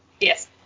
Yes